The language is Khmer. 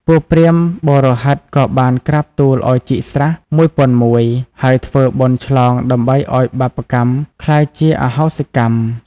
ពួកព្រាហ្មណ៍បុរោហិតក៏បានក្រាបទូលឲ្យជីកស្រះ ១០០១ ហើយធ្វើបុណ្យឆ្លងដើម្បីឲ្យបាបកម្មក្លាយជាអហោសិកម្ម។